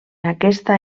aquesta